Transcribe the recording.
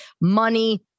money